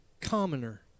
commoner